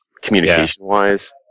communication-wise